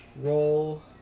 Roll